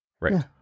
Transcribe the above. Right